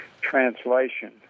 translation